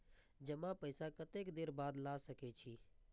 जमा पैसा कतेक देर बाद ला सके छी?